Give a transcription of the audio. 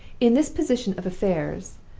in this position of affairs,